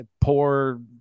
poor